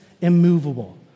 immovable